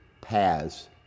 paths